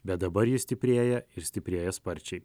bet dabar ji stiprėja ir stiprėja sparčiai